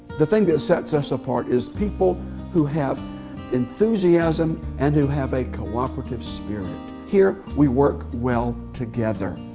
the thing that sets us apart is people who have enthusiasm and who have a cooperative spirit. here, we work well together.